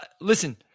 listen